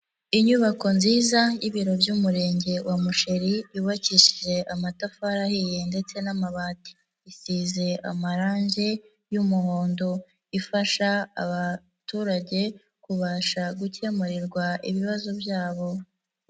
Inyubako nziza y'ibiro by'Umurenge wa Musheri, yubakishije amatafari ahiye ndetse n'amabati, isize amarange y'umuhondo, ifasha abaturage kubasha gukemurirwa ibibazo byabo.